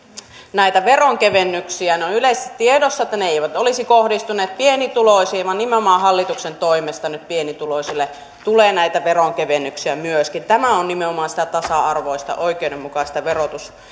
näitä veronkevennyksiä ja on yleisesti tiedossa että ne eivät olisi kohdistuneet pienituloisiin vaan nimenomaan hallituksen toimesta nyt pienituloisille tulee näitä veronkevennyksiä myöskin tämä on nimenomaan sitä tasa arvoista oikeudenmukaista